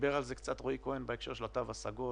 דיבר על זה קצת רועי כהן בהקשר של התו הסגול